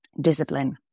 Discipline